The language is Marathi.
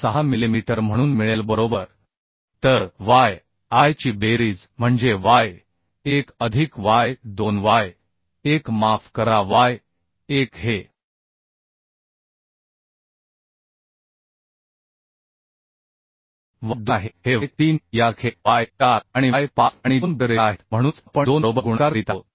6 मिलिमीटर म्हणून मिळेल बरोबर तर y i ची बेरीज म्हणजे y 1 अधिक y 2 y 1 माफ करा y 1 हे y 2 आहे हे y 3 यासारखे y 4 आणि y 5 आणि 2 बोर्ड रेषा आहेत म्हणूनच आपण 2 बरोबर गुणाकार करीत आहोत